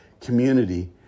community